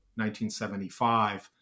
1975